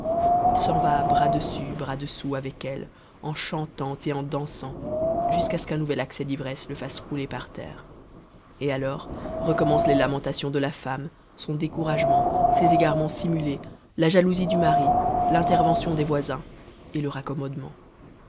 il s'en va bras dessus bras dessous avec elle en chantant et en dansant jusqu'à ce qu'un nouvel accès d'ivresse le fasse rouler par terre et alors recommencent les lamentations de la femme son découragement ses égarements simulés la jalousie du mari l'intervention des voisins et le